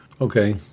Okay